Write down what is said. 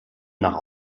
nach